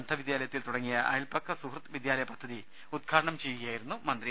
അന്ധ വിദ്യാലയത്തിൽ തുടങ്ങിയ അയൽപക്ക സുഹൃത്ത് വിദ്യാലയ പദ്ധതി ഉദ്ഘാടനം ചെയ്യുകയായിരുന്നു അദ്ദേഹം